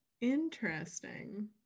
Interesting